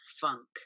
funk